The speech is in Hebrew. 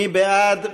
מי בעד?